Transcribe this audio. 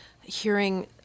hearing